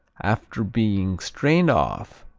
after being strained off,